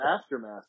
aftermath